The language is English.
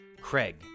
Craig